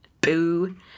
Boo